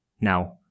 Now